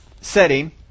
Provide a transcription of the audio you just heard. setting